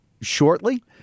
shortly